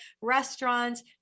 restaurants